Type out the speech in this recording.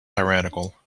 tyrannical